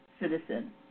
citizen